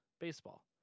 baseball